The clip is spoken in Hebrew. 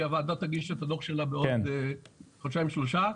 כי הוועדה תגיש את הדוח שלה בעוד חודשיים שלושה.